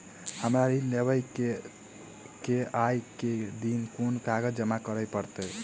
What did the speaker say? हमरा ऋण लेबै केँ अई केँ कुन कागज जमा करे पड़तै?